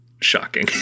shocking